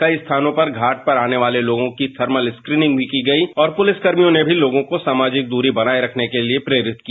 कई स्थानों पर घाट पर आने वाले लोगों की थर्मल स्क्रीनिंग भी की गई और पुलिसकर्मियों ने भी लोगों को सामाजिक दूरी बनाए रखने के लिए प्रेरित किया